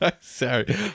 Sorry